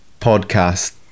podcast